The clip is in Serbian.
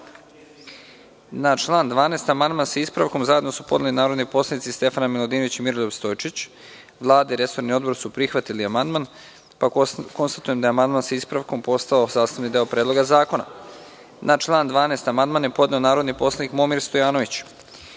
član 12. amandman sa ispravkom, zajedno su podneli narodni poslanici Stefana Miladinović i Miroljub Stojčić. Vlada i resorni Odbor su prihvatili amandman. Konstatujem da je amandman sa ispravkom postao sastavni deo Predloga zakona. Na član 12. amandman je podneo narodni poslanik Momir Stojanović. Da